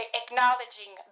acknowledging